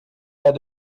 pas